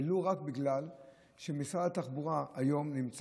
ולו רק בגלל שמשרד התחבורה היום נמצא